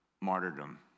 martyrdom